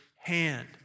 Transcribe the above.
hand